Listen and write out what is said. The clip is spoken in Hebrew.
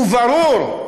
ברור,